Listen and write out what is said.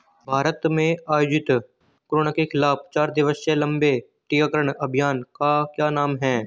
भारत में आयोजित कोरोना के खिलाफ चार दिवसीय लंबे टीकाकरण अभियान का क्या नाम है?